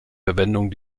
verwendung